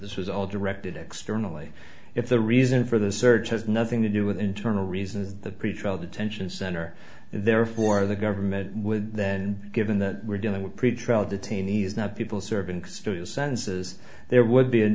this was all directed externally if the reason for the search has nothing to do with internal reasons the pretrial detention center therefore the government would then given that we're dealing with pretrial detainees not people servants to a census there would be a